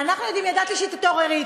רגע, אנחנו, ידעתי שתתעוררי.